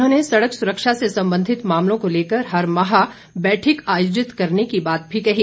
उन्होंने सड़क सुरक्षा से संबंधित मामलों को लेकर हर माह बैठक आयोजित करने की बात भी कही